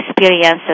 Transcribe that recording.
experiences